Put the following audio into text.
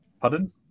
Pardon